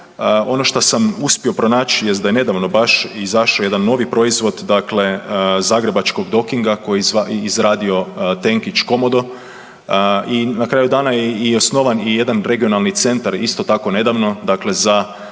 Ono što sam uspio pronać jest da je nedavno baš izašao jedan novi proizvod zagrebačkog Dok-Inga koji je izradio tenkić Commodore i na kraju dana je osnovan i jedan regionalni centar isto tako nedavno za